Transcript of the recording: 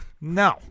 No